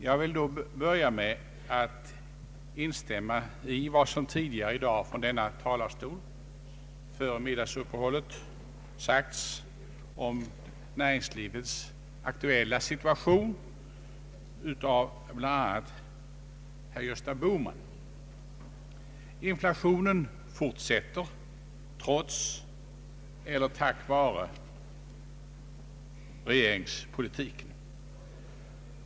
Jag vill då börja med att instämma i vad som tidigare i dag från denna talarstol före middagsuppehållet sagts om näringslivets aktuella situation av bl.a. herr Gösta Bohman. Inflationen fortsätter trots — eller tack vare — regeringens politik.